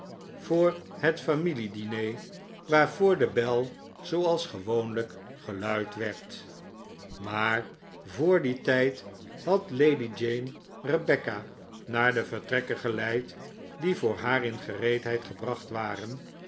voor het familie diner waarvoor de bel zooals gewoonlijk geluid werd maar voor dien tijd had lady jane rebecca naar de vertrekken geleid die voor haar in gereedheid gebracht waren